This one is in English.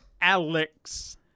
Alex